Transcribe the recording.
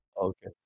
Okay